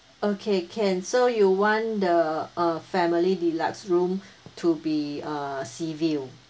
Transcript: okay can so you want the uh family deluxe room to be uh sea view